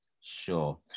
Sure